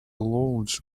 lounge